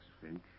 Finch